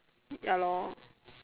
ya lor